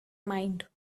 mind